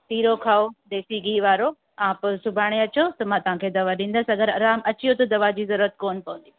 सीरो खाओ देसी घी वारो ऐं पोइ सुभाणे अचो त मां तव्हांखे दवा ॾींदसि अगरि आरामु अची वियो त दवा जी ज़रूरत कोन पवंदी पोइ